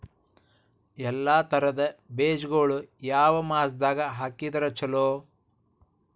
ಎಲ್ಲಾ ತರದ ಬೇಜಗೊಳು ಯಾವ ಮಾಸದಾಗ್ ಹಾಕಿದ್ರ ಛಲೋ?